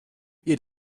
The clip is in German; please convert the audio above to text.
ihr